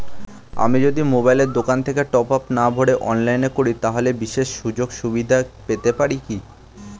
আমি যদি মোবাইলের দোকান থেকে টপআপ না ভরে অনলাইনে করি তাহলে বিশেষ সুযোগসুবিধা পেতে পারি কি?